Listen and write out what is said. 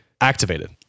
activated